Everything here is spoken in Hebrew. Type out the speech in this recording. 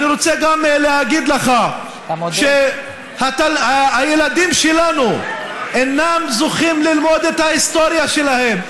אני רוצה גם להגיד לך שהילדים שלנו אינם זוכים ללמוד את ההיסטוריה שלהם,